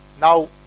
now